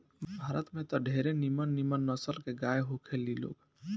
भारत में त ढेरे निमन निमन नसल के गाय होखे ली लोग